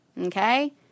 Okay